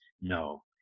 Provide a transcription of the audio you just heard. No